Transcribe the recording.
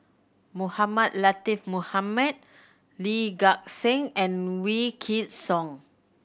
Mohamed Latiff Mohamed Lee Gek Seng and Wykidd Song